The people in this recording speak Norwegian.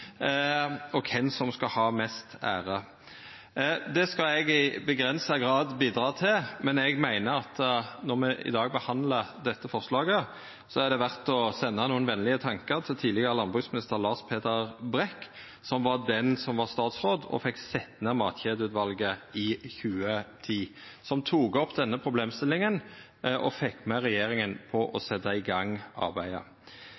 og kven som skal ha mest ære. Det skal eg i avgrensa grad bidra til, men eg meiner at når me i dag behandlar dette forslaget, er det verdt å senda nokre venlege tankar til tidlegare landbruksminister Lars Peder Brekk. Det var han som var statsråd og fekk sett ned matkjedeutvalet i 2010, som tok opp denne problemstillinga og fekk regjeringa med på